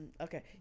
Okay